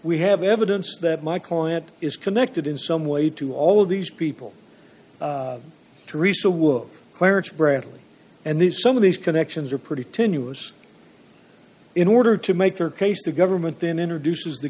we have evidence that my client is connected in some way to all of these people teresa wook clarence bradley and these some of these connections are pretty tenuous in order to make their case the government then introduces the